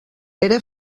era